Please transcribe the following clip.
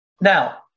Now